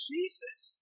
Jesus